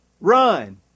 run